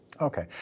Okay